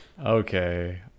okay